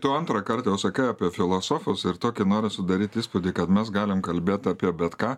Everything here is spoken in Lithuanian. tu antrąkart jau sakai apie filosofus ir tokį nori sudaryt įspūdį kad mes galim kalbėt apie bet ką